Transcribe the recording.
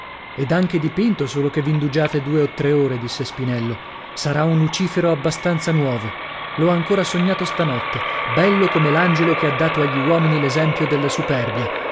ed anche dipinto solo che v'indugiate due o tre ore disse spinello sarà un lucifero abbastanza nuovo l'ho ancora sognato stanotte bello come l'angelo che ha dato agli uomini l'esempio della superbia